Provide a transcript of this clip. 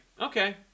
okay